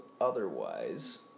otherwise